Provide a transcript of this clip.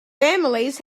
families